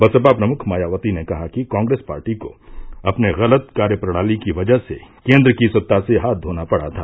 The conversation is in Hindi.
बसपा प्रमुख मायावती ने कहा कि कॉग्रेस पार्टी को अपने गलत कार्यप्रणाली की वजह से केन्द्र की सत्ता से हाथ धोना पड़ा था